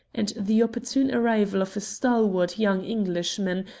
and the opportune arrival of a stalwart young englishman,